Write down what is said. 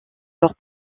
leur